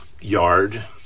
yard